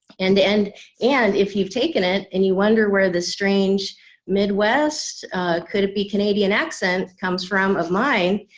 and and and if you've taken it and you wonder where the strange midwest could it be canadian accent comes from, of mine,